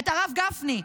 את הרב גפני.